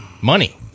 money